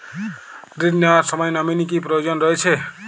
ঋণ নেওয়ার সময় নমিনি কি প্রয়োজন রয়েছে?